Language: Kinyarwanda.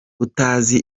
utazi